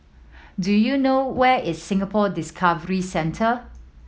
do you know where is Singapore Discovery Centre